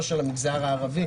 למגזר הערבי,